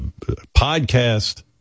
podcast